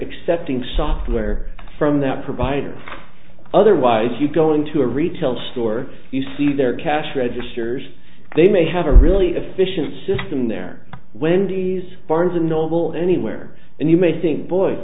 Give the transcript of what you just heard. accepting software from that provider otherwise you go into a retail store you see their cash registers they may have a really efficient system there wendy's barnes and noble anywhere and you may think boy